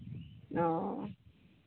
ओ